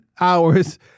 hours